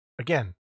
Again